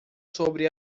sobre